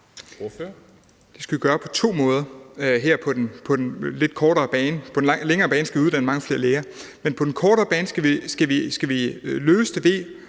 den lidt kortere bane. På den længere bane skal vi uddanne mange flere læger. Men på den kortere bane skal vi løse det ved